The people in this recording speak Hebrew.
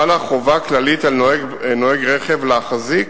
חלה חובה כללית על נוהג רכב להחזיק